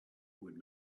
would